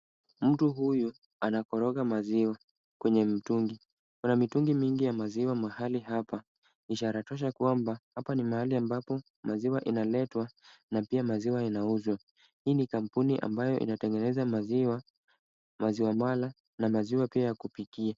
Mtu huyu anakoroga maziwa kwenye mtungi. Kuna mitungi mingi ya maziwa mahali hapa, ishara tosha kwamba, hapa ni mahali ambapo maziwa inaletwa na pia maziwa inauza. Hii ni kampuni ambayo inatengeneza maziwa, maziwa mala na maziwa pia ya kupikia.